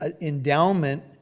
endowment